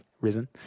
risen